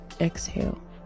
exhale